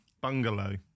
bungalow